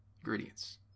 ingredients